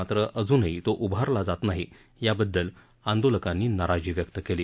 मात्र अजूनही तो उभारला जात नाही याबद्दल आंदोलकांनी नाराजी व्यक्त केली